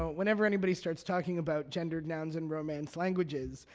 whenever anybody starts talking about gendered nouns in romance languages,